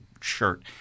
shirt